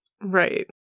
Right